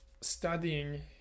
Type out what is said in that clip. studying